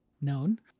known